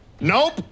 Nope